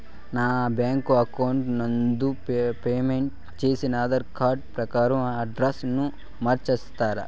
నా bank account నందు update చేసిన ఆధార్ కార్డు ప్రకారం అడ్రస్ ను మార్చిస్తారా?